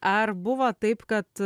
ar buvo taip kad